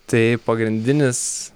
tai pagrindinis